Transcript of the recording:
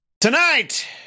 Tonight